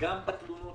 גם בתלונות